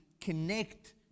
connect